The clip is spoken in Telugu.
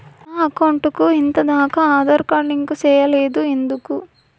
నా అకౌంట్ కు ఎంత దాకా ఆధార్ కార్డు లింకు సేయలేదు ఎందుకు